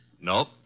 Nope